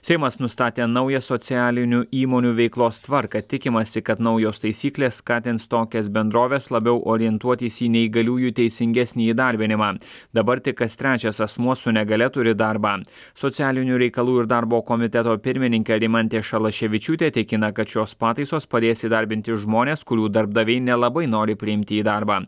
seimas nustatė naują socialinių įmonių veiklos tvarką tikimasi kad naujos taisyklės skatins tokias bendroves labiau orientuotis į neįgaliųjų teisingesnį įdarbinimą dabar tik kas trečias asmuo su negalia turi darbą socialinių reikalų ir darbo komiteto pirmininkė rimantė šalaševičiūtė tikina kad šios pataisos padės įdarbinti žmones kurių darbdaviai nelabai nori priimti į darbą